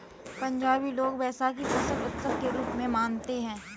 पंजाबी लोग वैशाखी फसल उत्सव के रूप में मनाते हैं